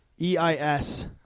E-I-S